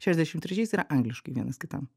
šešiasdešimt trečiais yra angliškai vienas kitam